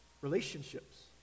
relationships